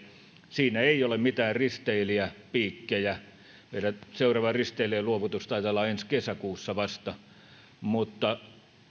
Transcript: siinä ei ole mitään risteilijäpiikkejä meidän seuraavan risteilijän luovutus taitaa olla vasta ensi kesäkuussa mutta